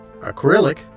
acrylic